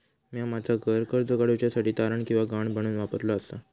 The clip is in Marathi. म्या माझा घर कर्ज काडुच्या साठी तारण किंवा गहाण म्हणून वापरलो आसा